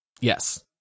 yes